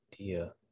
idea